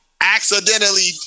accidentally